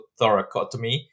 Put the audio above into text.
thoracotomy